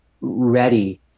ready